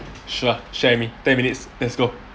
sure share with me ten minutes let's go